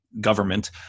government